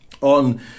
on